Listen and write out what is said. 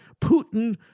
Putin